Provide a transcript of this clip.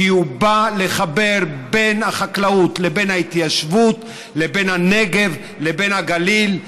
כי הוא בא לחבר בין החקלאות לבין ההתיישבות לבין הנגב לבין הגליל.